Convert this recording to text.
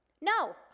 No